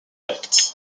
acts